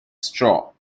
straw